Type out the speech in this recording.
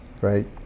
right